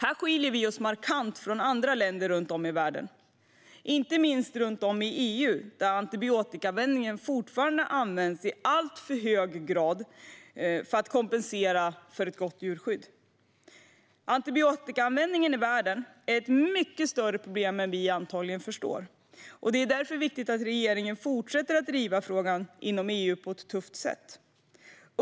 Här skiljer vi oss markant från andra länder runt om i världen, inte minst i EU där antibiotikaanvändningen fortfarande är alldeles för hög och används som kompensation för ett gott djurskydd. Antibiotikaanvändningen i världen är ett mycket större problem än vad vi antagligen förstår, och det är därför viktigt att regeringen fortsätter att driva frågan inom EU på ett tufft sätt.